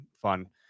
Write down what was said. fun